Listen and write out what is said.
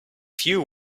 few